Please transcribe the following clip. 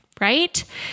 right